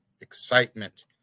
excitement